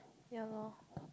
ya loh